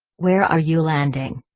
where are you landing?